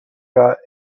got